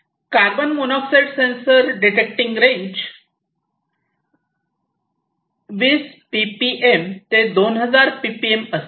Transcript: carbon monoxide sensor detecting range 20 ppm ते 2000 ppm असते